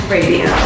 Radio